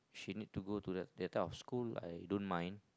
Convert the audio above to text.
she need to go to that that type of school I don't mind